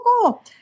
cool